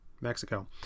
mexico